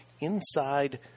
Inside